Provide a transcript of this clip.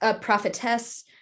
prophetess